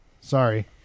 Sorry